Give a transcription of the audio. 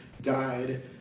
died